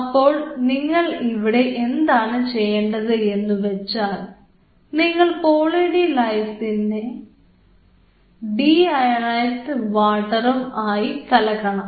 അപ്പോൾ നിങ്ങൾ ഇവിടെ എന്താണ് ചെയ്യേണ്ടത് എന്ന് വെച്ചാൽ നിങ്ങൾ പോളി ഡി ലൈസിനെ ഡിയയൊണൈസ്ട് വാട്ടറും ആയി കലക്കണം